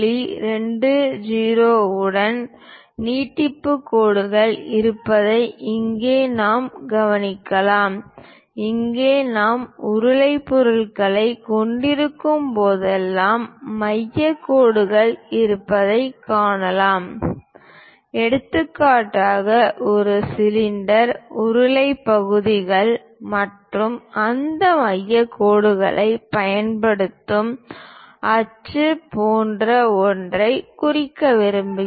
20 உடன் நீட்டிப்பு கோடுகள் இருப்பதை இங்கே நாம் கவனிக்கலாம் இங்கே நாம் உருளை பொருள்களைக் கொண்டிருக்கும்போதெல்லாம் மையக் கோடுகள் இருப்பதைக் காணலாம் எடுத்துக்காட்டாக இது சிலிண்டர் உருளை பகுதிகள் மற்றும் அந்த மையக் கோடுகளைப் பயன்படுத்தும் அச்சு போன்ற ஒன்றைக் குறிக்க விரும்புகிறோம்